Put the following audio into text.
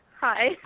hi